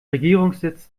regierungssitz